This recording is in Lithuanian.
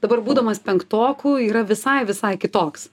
dabar būdamas penktoku yra visai visai kitoks